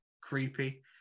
creepy